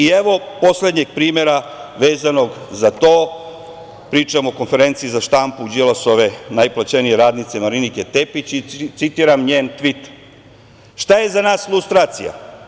Evo poslednjeg primera vezano za to, pričam o konferenciji za štampu Đilasove najplaćenije radnice Marinike Tepić i citiram njen tvit: Šta je za nas lustracija?